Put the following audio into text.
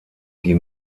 die